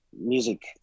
music